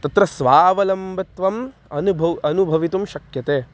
तत्र स्वावलम्बत्वम् अनुभ अनुभवितुं शक्यते